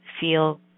feel